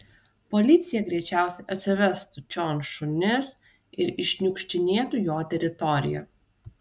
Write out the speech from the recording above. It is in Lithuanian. policija greičiausiai atsivestų čion šunis ir iššniukštinėtų jo teritoriją